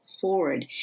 forward